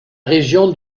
région